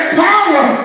power